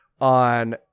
on